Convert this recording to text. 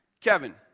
Kevin